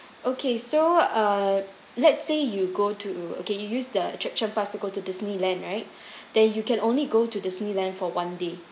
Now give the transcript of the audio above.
okay so uh let's say you go to okay you use the attraction pass to go to disneyland right then you can only go to disneyland for one day